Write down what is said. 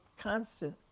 constant